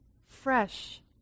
fresh